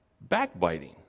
Backbiting